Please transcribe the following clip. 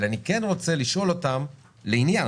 אבל אני כן רוצה לשאול אותן לעניין.